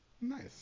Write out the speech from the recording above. Nice